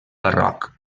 barroc